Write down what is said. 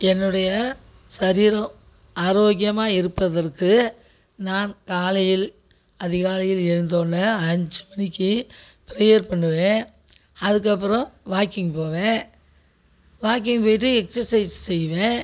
என்னுடைய சரிரம் ஆரோக்கியமாக இருப்பதற்கு நான் காலையில் அதிகாலையில் எழுந்தொன்னே அஞ்சு மணிக்கு ப்ரேயர் பண்ணுவேன் அதுக்கப்புறோம் வாக்கிங் போவேன் வாக்கிங் போயிட்டு எக்ஸசைஸ் செய்வேன்